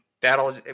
that'll